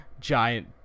giant